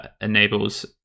enables